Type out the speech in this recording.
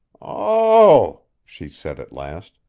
oh, she said at last,